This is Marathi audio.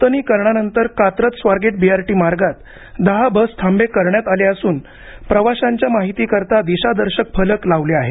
न्तनीकरणानंतर कात्रज स्वारगेट बीआरटी मार्गात दहा बस थांबे करण्यात आले असून प्रवाशांच्या माहितीकरता दिशादर्शक फलक लावले आहेत